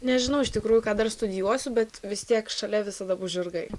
nežinau iš tikrųjų ką dar studijuosiu bet vis tiek šalia visada bus žirgai